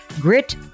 grit